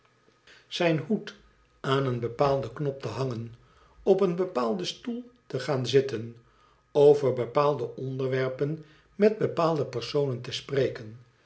zijn hoed aan een bepaalden knop te hangen op een bepaalden stoel te gaan zitten over bepaalde onderwerpen met bepaalde personen te spreken